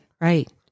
right